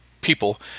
people